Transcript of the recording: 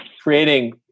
creating